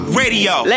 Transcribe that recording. radio